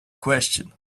question